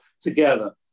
together